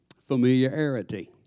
Familiarity